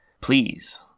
Please